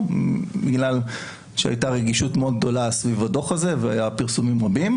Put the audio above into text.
בגלל שהייתה רגישות מאוד גדולה סביב הדוח הזה והיו פרסומים רבים,